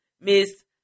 Miss